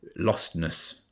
lostness